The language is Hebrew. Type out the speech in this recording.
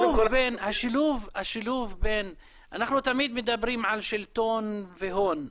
אנחנו תמיד מדברים על שלטון והון.